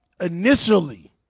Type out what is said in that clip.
Initially